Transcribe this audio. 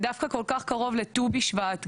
ודווקא כל כך קרוב לט"ו בשבט,